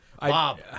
Bob